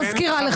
אני מזכירה לך.